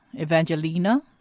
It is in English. Evangelina